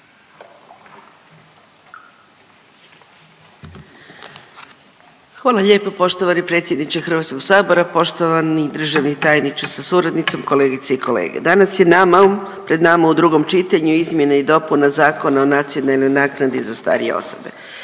Hvala lijepo poštovani predsjedniče HS-a, poštovani državni tajniče sa suradnicom, kolegice i kolege. Danas je nama, pred nama u drugom čitanju izmjene i dopuna Zakona o nacionalnoj naknadi za starije osobe.